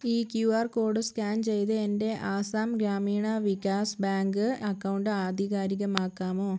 ഈ Q R code scan ചെയ്ത് എൻ്റെ ആസാം ഗ്രാമീണ വികാസ് ബാങ്ക് അക്കൗണ്ട് ആധികാരികമാക്കാമോ